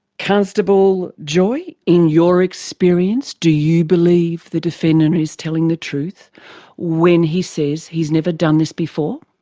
constable joy, in your experience, do you believe the defendant is telling the truth when he says he has never done this before?